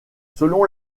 selon